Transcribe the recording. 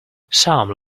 some